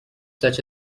such